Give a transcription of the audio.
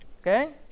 Okay